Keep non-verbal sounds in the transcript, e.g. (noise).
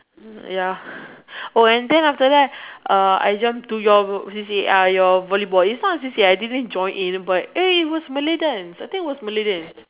ya (breath) oh and then after that uh I jump to your C_C_A uh your volleyball is not a C_C_A I didn't join it eh it was Malay dance I think it was Malay dance